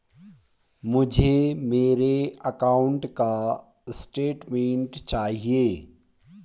मुझे मेरे अकाउंट का स्टेटमेंट चाहिए?